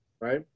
right